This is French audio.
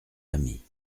amis